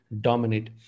dominate